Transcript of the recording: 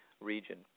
region